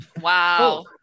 Wow